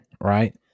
Right